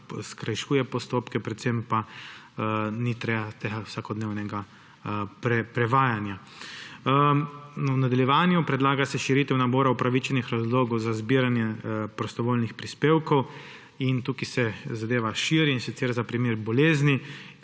skrajšuje postopke, predvsem pa ni treba tega vsakodnevnega prevajanja. V nadaljevanju se predlaga širitev nabora upravičenih razlogov za zbiranje prostovoljnih prispevkov. In tukaj se zadeva širi, in sicer za primer bolezni